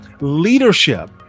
Leadership